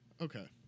Okay